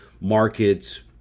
markets